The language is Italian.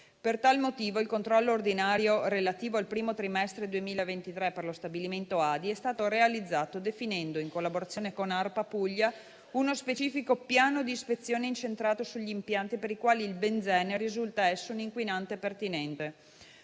Per tale motivo, il controllo ordinario relativo al primo trimestre 2023 per lo stabilimento ADI è stato realizzato definendo, in collaborazione con ARPA Puglia, uno specifico piano di ispezione incentrato sugli impianti per i quali il benzene risulta essere un inquinante pertinente.